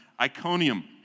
Iconium